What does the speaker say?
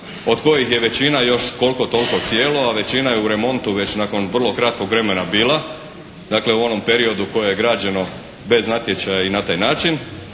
od kojih je većina još koliko toliko cijelo, a većina je u remontu već nakon vrlo kratkog vremena bila. Dakle, u onom periodu koje je građeno bez natječaja i na taj način,